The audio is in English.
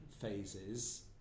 phases